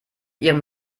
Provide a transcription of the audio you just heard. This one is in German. ihrem